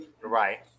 right